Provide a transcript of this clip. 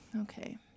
okay